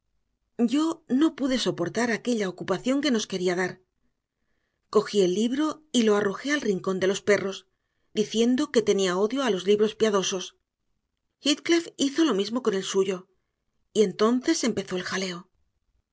yo no pude soportar aquella ocupación que nos quería dar cogí el libro y lo arrojé al rincón de los perros diciendo que tenía odio a los libros piadosos heathcliff hizo lo mismo con el suyo y entonces empezó el jaleo